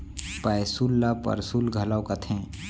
पैसुल ल परसुल घलौ कथें